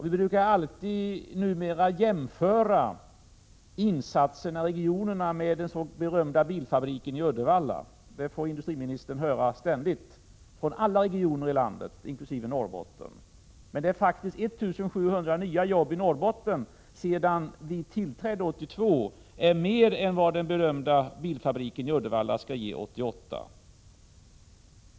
Vi brukar alltid numera jämföra insatserna i de olika regionerna med den berömda bilfabriken i Uddevalla. Det får industriministern höra ständigt från alla regioner i landet, inkl. Norrbotten. Men det har faktiskt blivit 1 700 nya jobb i Norrbotten sedan vi tillträdde 1982, och det är mer än vad den berömda bilfabriken i Uddevalla skall ge 1988.